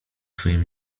twoim